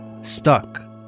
stuck